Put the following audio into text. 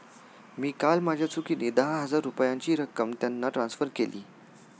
मी काल माझ्या चुकीने दहा हजार रुपयांची रक्कम त्यांना ट्रान्सफर केली